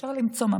אפשר ממש למצוא,